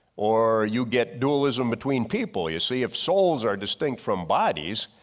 or you get dualism between people. you see if souls are distinct from bodies,